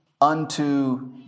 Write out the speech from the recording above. unto